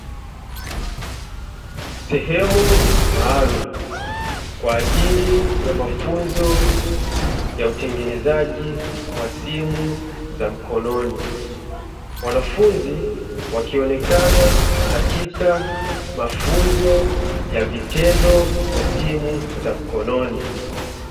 Sehemu maalumu, kwa ajili ya mafunzo ya utengenezaji wa simu za mkononi. Wanafunzi wakionekana katika mafunzo ya vitendo ya simu za mkononi.